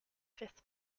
fifth